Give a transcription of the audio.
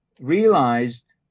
realized